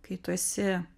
kai tu esi